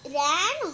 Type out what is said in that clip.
ran